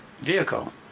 vehicle